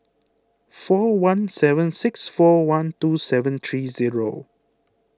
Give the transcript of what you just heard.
four one seven six four one two seven three zero